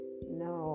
No